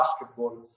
basketball